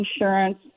insurance